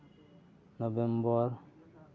November